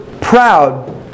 proud